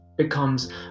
becomes